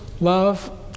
love